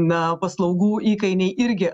na paslaugų įkainiai irgi